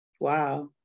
wow